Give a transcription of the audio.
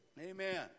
Amen